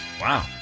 Wow